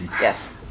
Yes